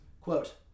Quote